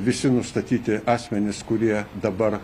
visi nustatyti asmenys kurie dabar